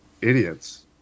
idiots